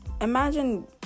imagine